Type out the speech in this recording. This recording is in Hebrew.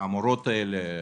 המורות האלה,